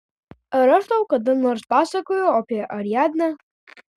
ar aš tau kada nors pasakojau apie ariadnę